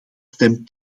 stem